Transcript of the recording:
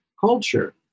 culture